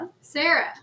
Sarah